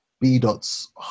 B-dot's